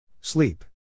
Sleep